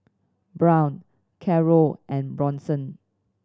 Brown Carroll and Bronson